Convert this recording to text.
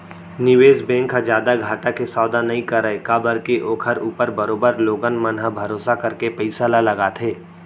निवेस बेंक ह जादा घाटा के सौदा नई करय काबर के ओखर ऊपर बरोबर लोगन मन ह भरोसा करके पइसा ल लगाथे